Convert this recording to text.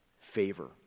favor